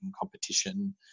competition